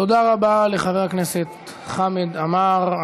תודה רבה לחבר הכנסת חמד עמאר.